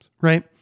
right